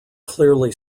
clearly